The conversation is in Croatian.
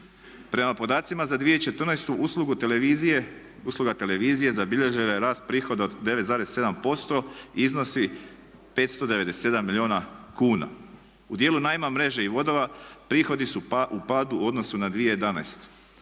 Prema podacima za 2014. uslugu televizije, usluga televizije zabilježila je rast prihoda od 9,7%, iznosi 597 milijuna kuna. U dijelu najma mreže i vodova prihodi su u padu u odnosu na 2011.